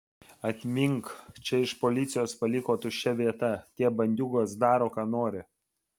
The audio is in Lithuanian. atmink čia iš policijos paliko tuščia vieta tie bandiūgos daro ką nori